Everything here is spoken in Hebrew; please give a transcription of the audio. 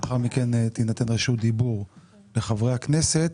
לאחר מכן תינתן רשות דיבור לחברי הכנסת.